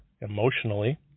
emotionally